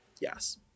yes